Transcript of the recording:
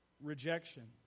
rejection